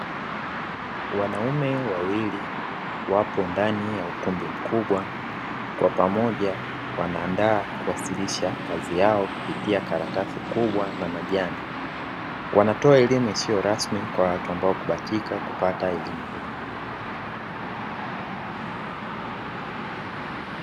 Wanaume wawili wapo ndani ya ukumbi mkubwa, kwa pamoja wanaanda kuwasilisha kazi yao kupitia karatasi kubwa na majani. Wanatoa elimu isiyo rasmi kwa watu ambao hawakubahatika kupata elimu hiyo.